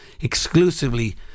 exclusively